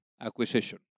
acquisition